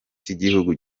cy’igihugu